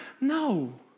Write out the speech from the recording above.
No